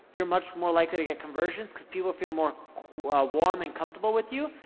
you're much more likely to get conversions because people feel more warm and comfortable with you,